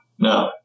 No